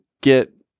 get